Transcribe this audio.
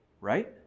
right